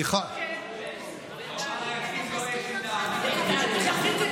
מטרתה של הצעת חוק פטור מתשלום אגרה לתאגיד השידור לאדם עם מוגבלות